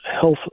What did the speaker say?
Health